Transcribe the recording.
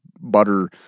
butter